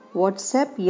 WhatsApp